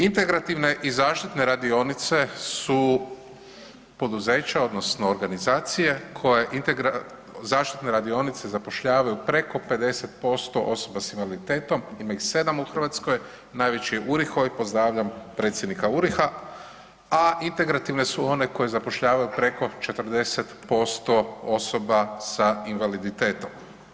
Integrativne i zaštite radionice su poduzeća odnosno organizacije, zaštitne radionice zapošljavaju preko 50% osoba sa invaliditetom, ima ih 7 u Hrvatskoj, najveći je Uriho, pozdravljam predsjednika Uriho-a, a integrativne su one koje zapošljavaju preko 40% osoba sa invaliditetom.